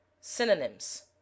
Synonyms